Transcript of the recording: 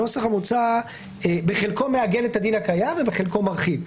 הנוסח המוצע בחלקו מעגן את הדין הקיים ובחלקו מרחיב.